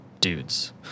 dudes